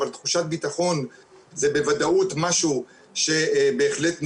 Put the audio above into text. אבל תחושת ביטחון זה בוודאות משהו שבהחלט נמדד.